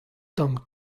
tamm